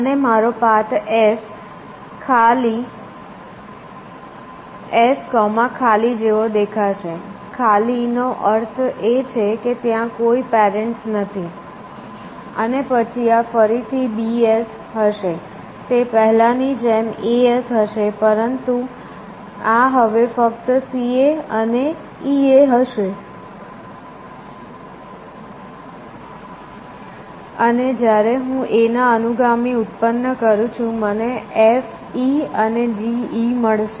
અને મારો path S ખાલી જેવો દેખાશે ખાલી નો અર્થ એ છે કે ત્યાં કોઈ પેરેન્ટ્સ નથી અને પછી આ ફરીથી B S હશે તે પહેલાંની જેમ A S હશે પરંતુ આ હવે ફક્ત C A અને E A હશે અને જ્યારે હું A ના અનુગામી ઉત્પન્ન કરું છું મને F E અને G E મળશે